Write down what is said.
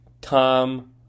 Tom